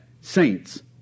saints